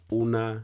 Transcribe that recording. una